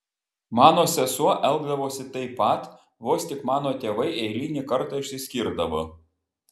mano sesuo elgdavosi taip pat vos tik mano tėvai eilinį kartą išsiskirdavo